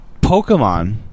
Pokemon